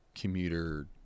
commuter